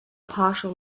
partial